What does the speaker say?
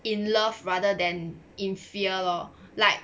in love rather than in fear lor like